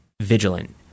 vigilant